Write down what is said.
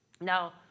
Now